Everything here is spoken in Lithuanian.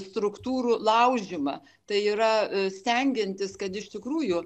struktūrų laužymą tai yra stengiantis kad iš tikrųjų